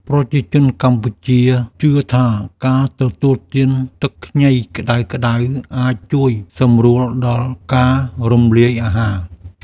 ប្រជាជនកម្ពុជាជឿថា ការទទួលទានទឹកខ្ញីក្តៅៗអាចជួយសម្រួលដល់ការរំលាយអាហារ។